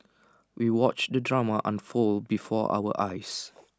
we watched the drama unfold before our eyes